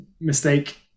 mistake